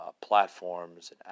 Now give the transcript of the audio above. platforms